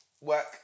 work